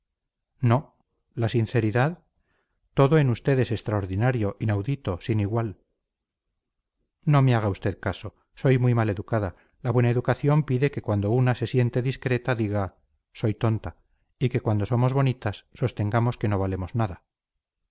no la sinceridad todo en usted es extraordinario inaudito sin igual no me haga usted caso soy muy mal educada la buena educación pide que cuando una se siente discreta diga soy tonta y que cuando somos bonitas sostengamos que no valemos nada